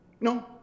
No